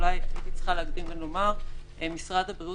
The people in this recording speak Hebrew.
אולי אני צריכה להקדים ולומר שמשרד הבריאות